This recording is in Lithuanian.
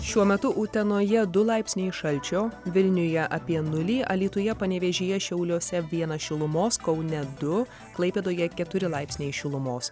šiuo metu utenoje du laipsniai šalčio vilniuje apie nulį alytuje panevėžyje šiauliuose vienas šilumos kaune du klaipėdoje keturi laipsniai šilumos